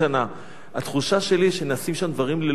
התחושה שלי היא שנעשים שם דברים ללא ביקורת.